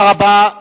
תודה רבה.